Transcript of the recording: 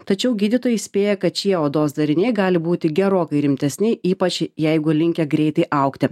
tačiau gydytojai įspėja kad šie odos dariniai gali būti gerokai rimtesni ypač jeigu linkę greitai augti